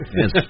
Yes